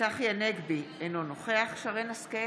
צחי הנגבי, אינו נוכח שרן מרים השכל,